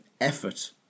effort